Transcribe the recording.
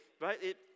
right